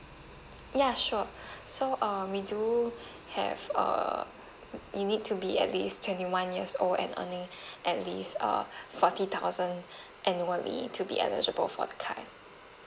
ya sure so uh we do have err you need to be at least twenty one years old and earning at least uh forty thousand annually to be eligible for the card